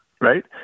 right